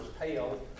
pale